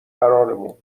قرارمون